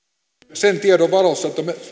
sen tiedon valossa miten